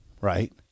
right